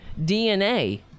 DNA